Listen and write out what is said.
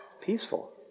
peaceful